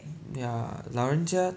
ya 老人家